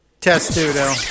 Testudo